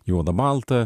juoda balta